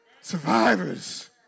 Survivors